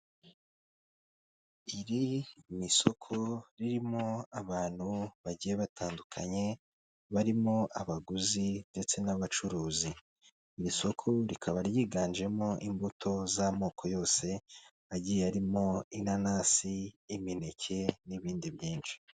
Iri ni isoko ririmo abantu bagiye batandukanye barimo abaguzi ndetse n'abacuruzi. Iri soko rikaba ryiganjemo imbuto z'amoko yose agiye arimo: inanasi, imineke n'ibindi byinshi.